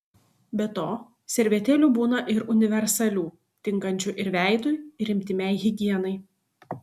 be to servetėlių būna ir universalių tinkančių ir veidui ir intymiai higienai